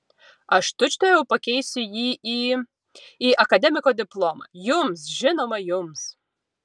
aš tučtuojau pakeisiu jį į į akademiko diplomą jums žinoma jums